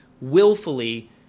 willfully